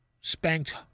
spanked